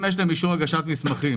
אם יש להן אישור הגשת מסמכים,